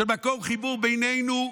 מקום של חיבור בינינו,